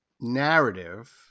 narrative